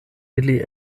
ili